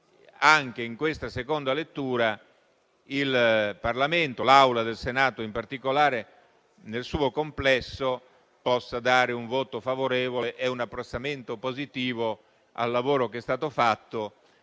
anche in questa seconda lettura il Parlamento, l'Aula del Senato in particolare, nel suo complesso, possa dare un voto favorevole e un apprezzamento positivo al lavoro che è stato fatto,